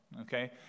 Okay